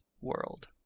world